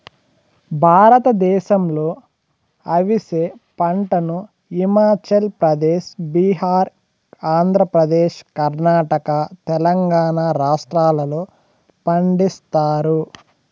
భారతదేశంలో అవిసె పంటను హిమాచల్ ప్రదేశ్, బీహార్, ఆంధ్రప్రదేశ్, కర్ణాటక, తెలంగాణ రాష్ట్రాలలో పండిస్తారు